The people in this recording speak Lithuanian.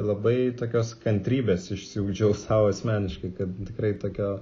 labai tokios kantrybės išsiugdžiau sau asmeniškai kad tikrai tokia